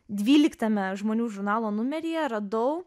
dvyliktame žmonių žurnalo numeryje radau